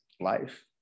life